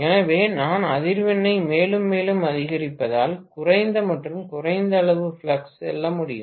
எனவே நான் அதிர்வெண்ணை மேலும் மேலும் அதிகரிப்பதால் குறைந்த மற்றும் குறைந்த அளவு ஃப்ளக்ஸ் செல்ல முடியும்